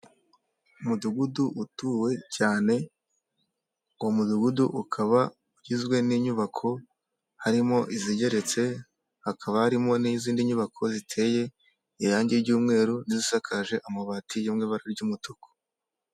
Umudugudu utuwe cyane, uwo mudugudu ukaba ugizwe n'inyubako harimo izigeretse, hakaba harimo n'izindi nyubako ziteye irangi ry'umweru n'izisakaje amabati yo mu ibara ry'umutuku.